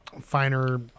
finer